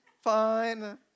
Fine